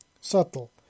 Subtle